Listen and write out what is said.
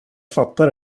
fattar